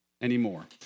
anymore